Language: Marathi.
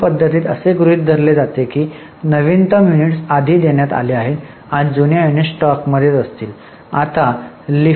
लिफो पद्धतीत असे गृहित धरले जाईल की नवीनतम युनिट आधीच देण्यात आल्या आहेत आणि जुन्या युनिट स्टॉक मध्ये असतील